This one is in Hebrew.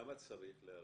כמה צריך להערכתך?